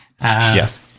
Yes